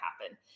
happen